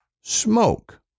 smoke